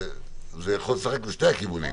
זה יכול לשחק לשני הכיוונים,